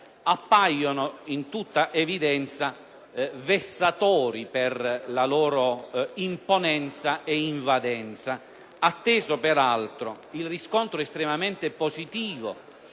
appare in tutta evidenza vessatorio per la sua imponenza e invadenza. Peraltro, atteso il riscontro estremamente positivo